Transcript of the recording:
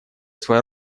свою